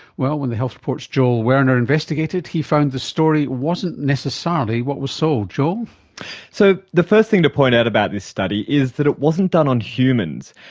well, when the health report's joel werner investigated, he found the story wasn't necessarily what was sold. so the first thing to point out about this study is that it wasn't done on humans.